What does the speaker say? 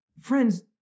Friends